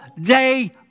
day